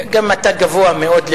גבוה מאוד למעלה,